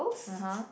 (uh huh)